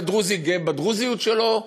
ודרוזי גאה בדרוזיות שלו,